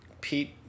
Pete